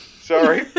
Sorry